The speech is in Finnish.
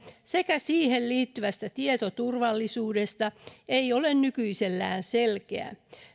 sekä siihen liittyvästä tietoturvallisuudesta ei ole nykyisellään selkeä